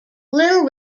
little